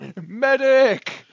Medic